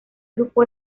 grupo